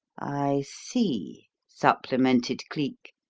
i see! supplemented cleek.